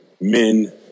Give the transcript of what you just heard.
men